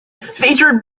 featured